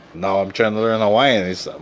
now i'm trying to learn hawaiian. it's um